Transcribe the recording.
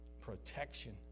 Protection